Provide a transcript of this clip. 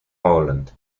holland